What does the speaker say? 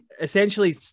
Essentially